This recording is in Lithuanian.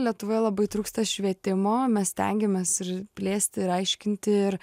lietuvoje labai trūksta švietimo mes stengiamės ir plėsti ir aiškinti ir